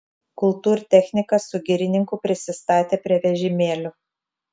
kultūrtechnikas su girininku prisistatė prie vežimėlio